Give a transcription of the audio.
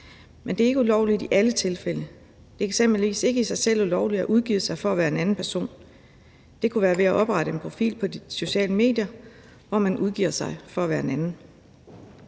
Men det er ikke ulovligt i alle tilfælde. Det er eksempelvis ikke ulovligt i sig selv at udgive sig for at være en anden person. Det kunne være ved at oprette en profil på de sociale medier, hvor man udgiver sig for at være en anden.